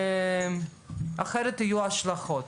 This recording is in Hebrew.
אחרת יהיו השלכות.